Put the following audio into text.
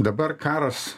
dabar karas